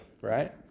right